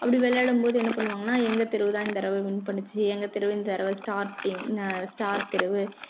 அப்படி விளையாடும் போது என்ன பண்ணுவாங்கன்னா எங்கள் தெருவு தான் இந்த தடவை வின் பண்ணுச்சி எங்கள் தெருவு இந்த தடவை ஸ்டார் டீம் ஸ்டார் தெருவு